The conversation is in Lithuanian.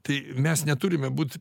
tai mes neturime būt